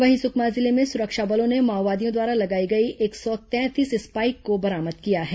वहीं सुकमा जिले में सुरक्षा बलों ने माओवादियों द्वारा लगाई गई एक सौ तैंतीस स्पाइक को बरामद किया है